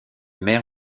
maire